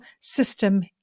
system